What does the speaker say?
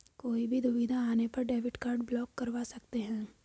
कोई भी दुविधा आने पर डेबिट कार्ड ब्लॉक करवा सकते है